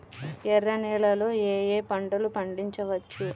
ఎర్ర నేలలలో ఏయే పంటలు పండించవచ్చు?